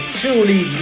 truly